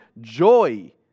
joy